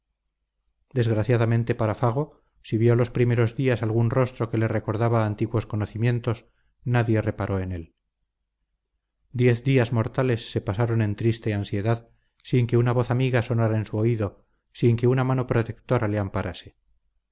desgraciadamente para fago si vio los primeros días algún rostro que le recordaba antiguos conocimientos nadie reparó en él diez días mortales se pasaron en triste ansiedad sin que una voz amiga sonara en su oído sin que una mano protectora le amparase